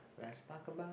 let's talk about